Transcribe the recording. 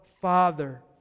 Father